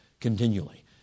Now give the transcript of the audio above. continually